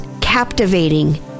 captivating